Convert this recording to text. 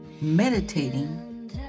meditating